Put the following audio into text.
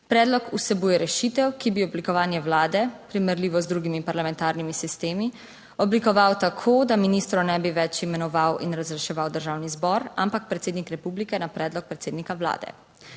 Predlog vsebuje rešitev, ki bi oblikovanje vlade, primerljivo z drugimi parlamentarnimi sistemi, oblikoval tako, da ministrov ne bi več imenoval in razreševal Državni zbor, ampak predsednik republike na predlog predsednika vlade.